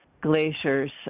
glaciers